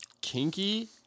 kinky